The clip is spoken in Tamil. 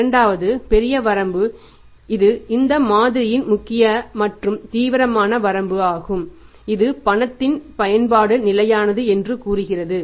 இரண்டாவது பெரிய வரம்பு இது இந்த மாதிரியின் முக்கிய மற்றும் தீவிரமான வரம்பு ஆகும் இது பணத்தின் பயன்பாடு நிலையானது என்று கூறுகிறது